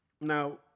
Now